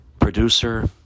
producer